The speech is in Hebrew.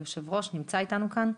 יושב הראש, נמצא איתנו כאן.